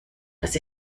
das